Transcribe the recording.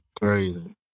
crazy